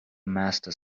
master